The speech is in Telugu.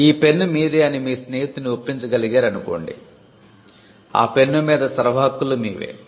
ఈ పెన్ మీదే అని మీ స్నేహితున్ని ఒప్పించగలిగేరు అనుకోండి ఆ పెన్ను మీద సర్వహక్కులు మీవే